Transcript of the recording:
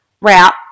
route